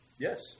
Yes